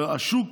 השוק